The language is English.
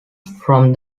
from